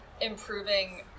improving